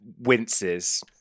winces